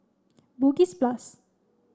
Bugis Plus